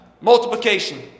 Multiplication